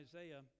Isaiah